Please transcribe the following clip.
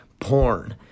porn